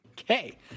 Okay